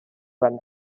run